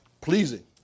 pleasing